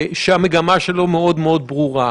שהמגמה שלו מאוד מאוד ברורה,